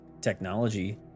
technology